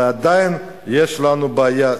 ועדיין יש לנו בעיה.